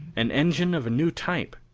an engine of a new type,